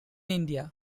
india